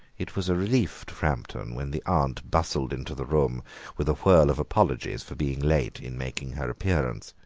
it was a relief to framton when the aunt bustled into the room with a whirl of apologies for being late in making her appearance.